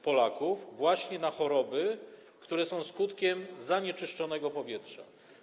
Polaków umiera właśnie na choroby, które są skutkiem zanieczyszczenia powietrza?